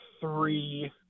three